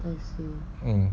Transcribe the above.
um